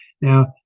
now